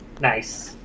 Nice